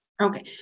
Okay